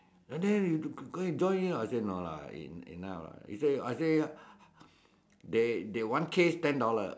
and then you go and join I say no lah enough lah he say I say they they one case ten dollar